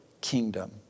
kingdom